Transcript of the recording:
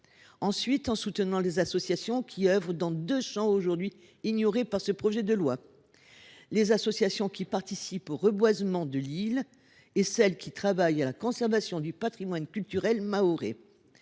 convient de soutenir les associations qui œuvrent dans deux champs aujourd’hui ignorés par ce projet de loi : les associations qui participent au reboisement de l’île et celles qui travaillent à la conservation du patrimoine culturel mahorais.